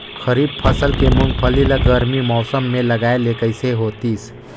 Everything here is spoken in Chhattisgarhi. खरीफ फसल के मुंगफली ला गरमी मौसम मे लगाय ले कइसे होतिस?